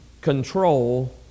control